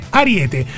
ariete